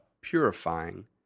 purifying